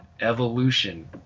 evolution